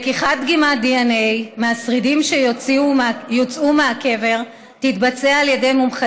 לקיחת דגימת דנ"א מהשרידים שיוצאו מהקבר תתבצע על ידי מומחה